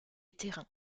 terrain